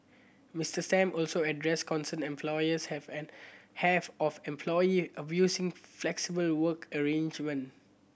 Mister Sam also addressed concern employers have an have of employee abusing flexible work arrangement